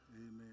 Amen